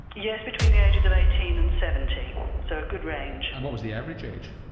yes, between the ages of eighteen and seventy so a good range. and what was the average age?